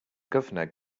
governor